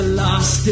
lost